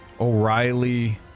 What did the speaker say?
O'Reilly